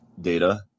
data